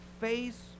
face